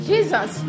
Jesus